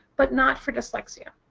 but not for dyslexia.